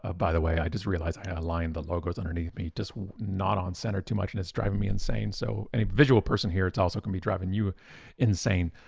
ah by the way, i just realized i aligned the logos underneath me, just not on center too much, and it's driving me insane. so any visual person here it also can be driving you insane.